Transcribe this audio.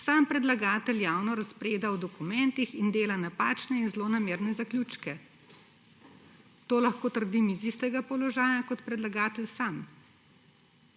sam predlagatelj javno razpreda o dokumentih in dela napačne in zlonamerne zaključke. To lahko trdim z istega položaja kot predlagatelj sam.